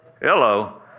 Hello